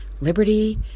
liberty